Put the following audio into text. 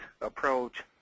approach